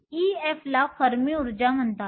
Ef ला Fermi ऊर्जा म्हणतात